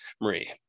Marie